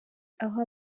aho